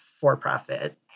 for-profit